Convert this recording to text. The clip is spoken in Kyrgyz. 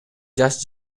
жаш